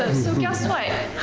so guess what,